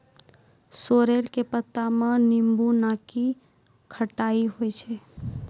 sorrel के पत्ता मॅ नींबू नाकी खट्टाई होय छै